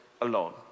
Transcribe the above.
alone